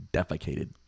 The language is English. Defecated